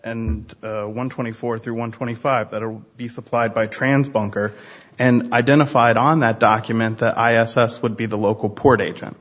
d one twenty four through one twenty five to be supplied by trans bunker and identified on that document that i assessed would be the local port agent